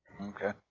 Okay